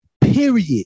period